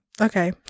Okay